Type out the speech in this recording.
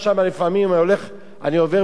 אני עובר ביום שישי